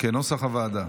כנוסח הוועדה.